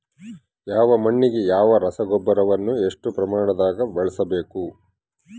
ಯಾವ ಮಣ್ಣಿಗೆ ಯಾವ ರಸಗೊಬ್ಬರವನ್ನು ಎಷ್ಟು ಪ್ರಮಾಣದಾಗ ಬಳಸ್ಬೇಕು?